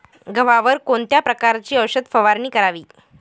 गव्हावर कोणत्या प्रकारची औषध फवारणी करावी?